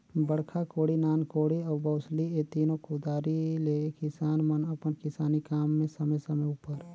बड़खा कोड़ी, नान कोड़ी अउ बउसली ए तीनो कुदारी ले किसान मन अपन किसानी काम मे समे समे उपर